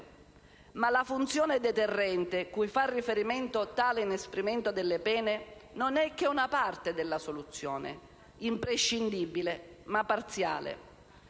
Ma la funzione deterrente, cui fa riferimento tale inasprimento delle pene, non è che un parte della soluzione. Imprescindibile, ma parziale.